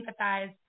empathize